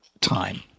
time